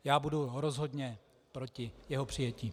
Já budu rozhodně proti jeho přijetí.